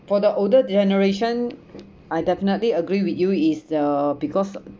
for the older generation I definitely agree with you is uh because